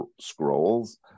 Scrolls